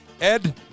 Ed